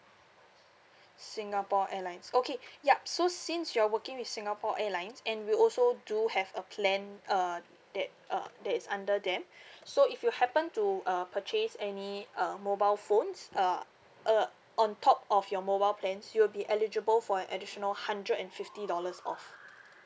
Singapore Airlines okay yup so since you are working with Singapore Airlines and we also do have a plan uh that uh that is under them so if you happen to uh purchase any uh mobile phones uh uh on top of your mobile plans you will be eligible for an additional hundred and fifty dollars off